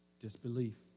Disbelief